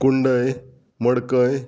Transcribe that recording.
कुंडय मडकय